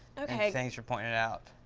okay. thanks for pointing it out.